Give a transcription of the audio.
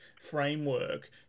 framework